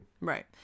Right